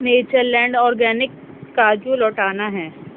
nature land organic کاجو لوٹانا ہے